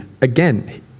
Again